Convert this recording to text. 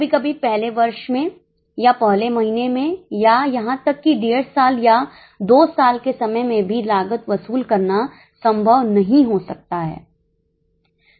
कभी कभी पहले वर्ष में या पहले महीने में या यहां तक कि डेढ़ साल या 2 साल के समय में भी लागत वसूल करना संभव नहीं हो सकता है